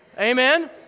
Amen